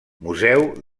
museu